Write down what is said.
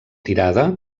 tirada